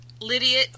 Lydia